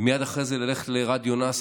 ומייד אחרי זה ללכת לרדיו נאס,